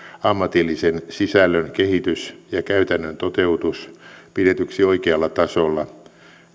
ammatillisen sisällön kehitys ja käytännön toteutus pidetyksi oikealla tasolla